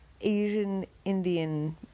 Asian-Indian